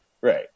Right